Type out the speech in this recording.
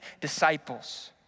disciples